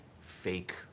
fake